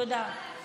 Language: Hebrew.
תודה.